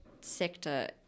sector